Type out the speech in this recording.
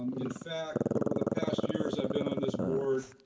um in fact, over the past years i've been on this board